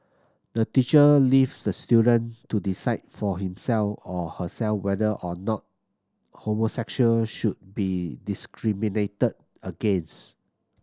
the teacher leaves the student to decide for himself or herself whether or not homosexuals should be discriminated against